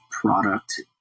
product